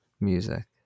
music